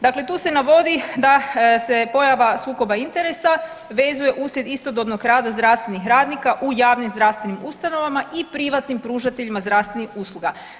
Dakle, tu se navodi da se pojava sukoba interesa vezuje uslijed istodobnog rada zdravstvenih radnika u javnim zdravstvenim ustanovama i privatnim pružateljima zdravstvenih usluga.